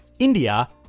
India